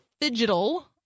digital